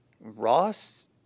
Ross